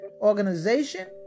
organization